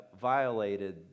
violated